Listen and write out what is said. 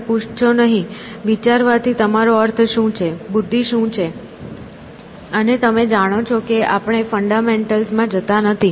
તમે પૂછશો નહીં વિચારવા થી તમારો અર્થ શું છે બુદ્ધિ શું છે અને તમે જાણો છો કે આપણે ફંડામેન્ટલ્સ માં જતા નથી